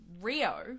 Rio